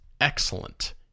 excellent